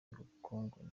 ry’ubukungu